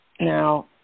now